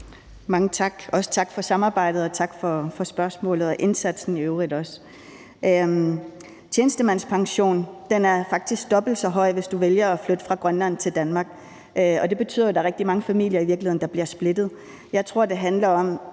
Mange tak, også mange tak for samarbejdet og for spørgsmålet og i øvrigt også for indsatsen. Tjenestemandspensionen er faktisk dobbelt så høj, hvis man vælger at flytte fra Grønland til Danmark, og det betyder, at der er rigtig mange familier, der bliver splittet. Jeg tror, at det for